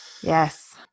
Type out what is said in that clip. Yes